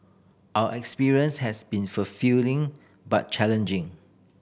our experience has been fulfilling but challenging